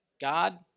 God